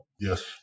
Yes